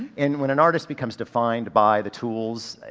and when an artist becomes defined by the tools,